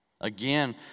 Again